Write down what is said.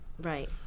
right